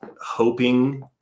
hoping